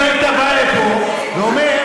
אם היית בא לפה ואומר,